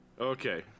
Okay